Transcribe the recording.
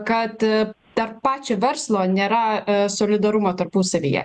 kad tarp pačio verslo nėra solidarumo tarpusavyje